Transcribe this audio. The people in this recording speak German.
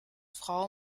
frau